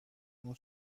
اون